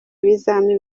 ibizami